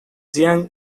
jiang